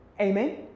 Amen